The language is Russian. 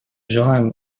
желаем